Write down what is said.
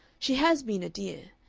she has been a dear.